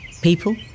People